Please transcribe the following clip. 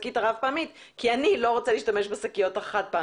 השקית הרב-פעמית כי אני לא רוצה להשתמש בשקיות החד-פעמיות.